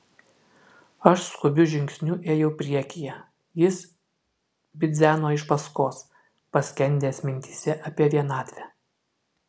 aš skubiu žingsniu ėjau priekyje jis bidzeno iš paskos paskendęs mintyse apie vienatvę